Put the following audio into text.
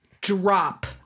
drop